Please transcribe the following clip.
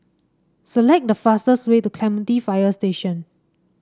select the fastest way to Clementi Fire Station